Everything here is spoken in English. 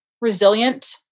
resilient